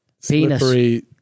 Slippery